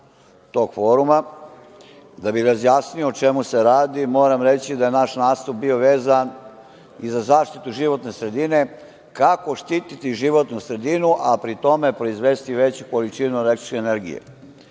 tog foruma, da bih razjasnio o čemu se radi, moram reći da je naš nastup bio vezan i za zaštitu životne sredine, kako štititi životnu sredinu, a pri tome proizvesti veću količinu električne energije.